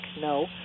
no